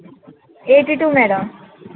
eighty two madam